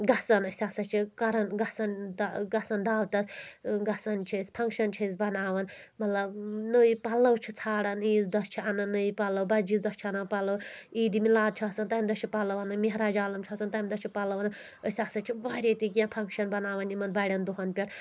گژھان أسۍ ہسا چھِ کران گژھَان گژھَان دعوتَن گژھَان چھِ أسۍ پھنٛگشَن چھِ أسۍ بناوَان مطلب نٔے پَلو چھِ ژھانڑان عیٖذ دۄہ چھِ اَنان نٔے پَلو بَجہِ عیٖذ دۄہ چھِ اَنان پَلو عیٖدِ مِلاد چھُ آسان تیٚمہِ دۄہ چھِ پَلو اَنن مہراجالم چھِ آسان تَمہِ دۄہ چھِ پَلوَن أسۍ ہسا چھِ واریاہ تہِ کینٛہہ فنٛگشَن بَناوَان یِمَن بَڑؠن دۄہَن پؠٹھ